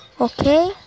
Okay